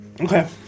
Okay